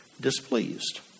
displeased